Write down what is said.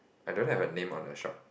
I don't know a name on the shop